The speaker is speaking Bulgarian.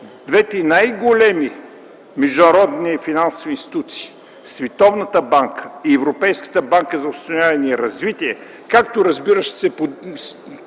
двете най-големи международни финансови институции – Световната банка и Европейската банка за възстановяване и развитие, както, разбира се,